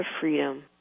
freedom